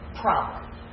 problem